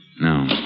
No